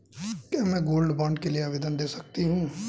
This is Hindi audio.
क्या मैं गोल्ड बॉन्ड के लिए आवेदन दे सकती हूँ?